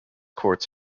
courts